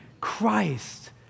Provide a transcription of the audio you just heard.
Christ